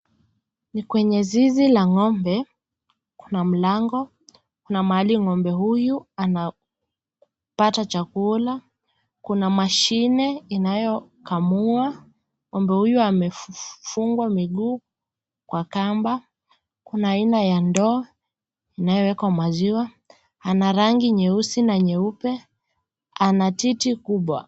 Ni kwenye zizi la ng'ombe kuna mlango, kuna mahali Ng'ombe huyu anapata chakula, kuna mashine inayokamua, Ng'ombe huyu amefungwa mguu kwa kamba kuna haina ya ndoo inayoweka maziwa ana rangi nyeusi na nyeupe, ana titi kubwa.